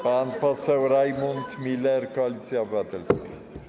Pan poseł Rajmund Miller, Koalicja Obywatelska.